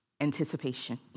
Anticipation